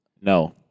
No